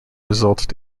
resulted